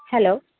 hello